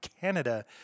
Canada